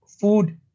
food